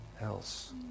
else